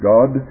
God